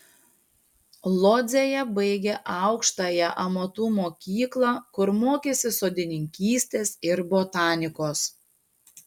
lodzėje baigė aukštąją amatų mokyklą kur mokėsi sodininkystės ir botanikos